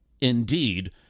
Indeed